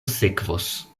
sekvos